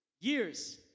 Years